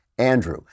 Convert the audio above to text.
Andrew